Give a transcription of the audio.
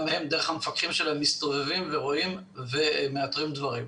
גם הם דרך המפקחים שלהם מסתובבים ורואים ומאתרים דברים.